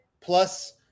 plus